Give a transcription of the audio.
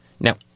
Now